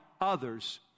others